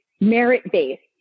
merit-based